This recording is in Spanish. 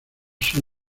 sur